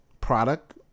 product